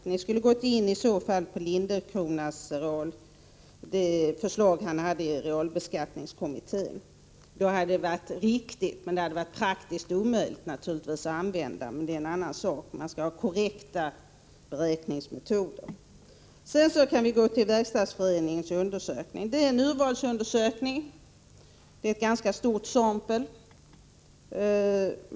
I så fall skulle man ha gått in på Gustaf Lindenceronas förslag i realbeskattningsutredningen. Den metoden hade varit riktig, om även praktiskt omöjlig att använda, men det är en annan sak — det gäller dock att ha korrekta beräkningsmetoder. Sedan kan vi gå till Verkstadsföreningens undersökning. Det är en urvalsundersökning, med ett ganska stort sampel.